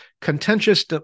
contentious